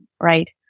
right